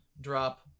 drop